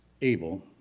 Evil